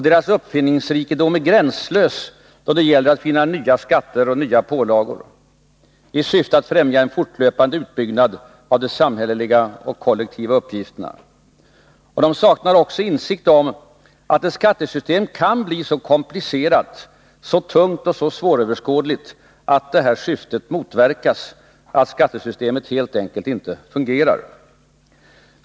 Deras uppfinningsrikedom är gränslös då det gäller att finna nya skatter och nya pålagor i syfte att främja en fortlöpande utbyggnad av de samhälleliga och kollektiva uppgifterna. De saknar också insikt om att ett skattesystem kan bli så komplicerat, tungt och svåröverskådligt att syftet motverkas, att skattesystemet helt enkelt inte fungerar.